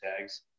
tags